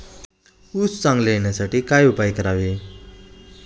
ऊस चांगला येण्यासाठी काय उपाय करावे?